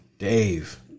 Dave